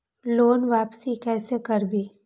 Loan वापसी कैसे करबी?